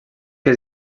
que